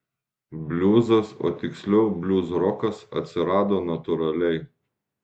bliuzas o tiksliau bliuzrokas atsirado natūraliai